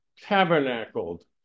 tabernacled